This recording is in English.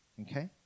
okay